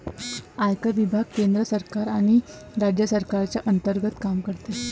आयकर विभाग केंद्र सरकार आणि राज्य सरकारच्या अंतर्गत काम करतो